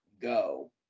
go